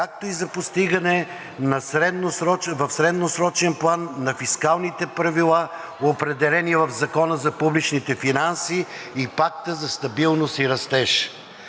както и за постигане в средносрочен план на фискалните правила, определени в Закона за публичните финанси и Пакта за стабилност и растеж.